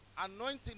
anointing